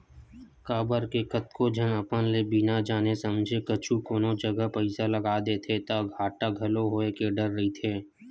काबर के कतको झन अपन ले बिना जाने समझे कहूँ कोनो जगा पइसा लगा देथे ता घाटा घलो होय के डर रहिथे